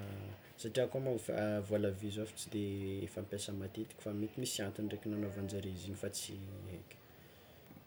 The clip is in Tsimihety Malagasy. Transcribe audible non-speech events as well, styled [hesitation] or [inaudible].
[hesitation] satria koa moa v- vôla vy zao efa tsy de fampiasa matetiky fa mety misy antony ndraiky nanaovanjare izy igny fa tsy aiky.